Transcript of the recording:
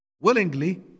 willingly